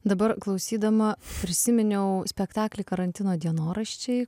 dabar klausydama prisiminiau spektaklį karantino dienoraščiai